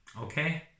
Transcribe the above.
okay